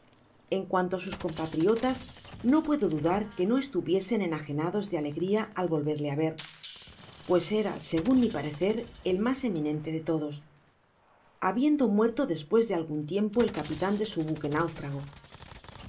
en cuanto á sus compatriotas no puedo dudar que no estuviesen enagenados de alegria al volverle á ver pues era segun mi parecer el mas eminente de todos habiendo muerto despues de algun tiempo el capitan de su buque náufrago